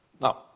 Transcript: Now